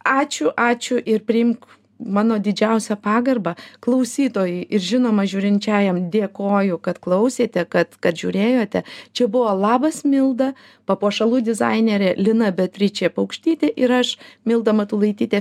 ačiū ačiū ir priimk mano didžiausią pagarbą klausytojai ir žinoma žiūrinčiajam dėkoju kad klausėte kad žiūrėjote čia buvo labas milda papuošalų dizainerė lina beatričė paukštytė ir aš milda matulaitytė